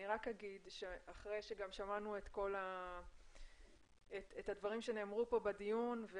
אני אומר שאחרי ששמענו את הדברים שנאמרו בדיון,